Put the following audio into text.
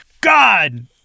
God